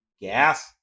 gas